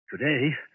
Today